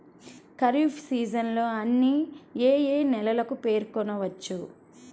Kharif season అని ఏ ఏ నెలలను పేర్కొనవచ్చు?